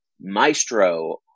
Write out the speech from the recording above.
Maestro